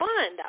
Fun